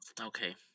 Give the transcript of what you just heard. Okay